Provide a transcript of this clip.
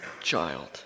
child